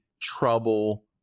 trouble